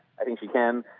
i think she can.